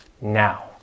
Now